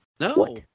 no